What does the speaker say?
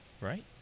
right